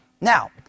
Now